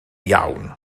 iawn